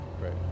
Right